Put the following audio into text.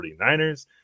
49ers